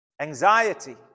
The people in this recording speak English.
anxiety